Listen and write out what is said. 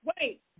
Wait